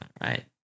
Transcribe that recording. right